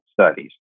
studies